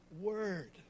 word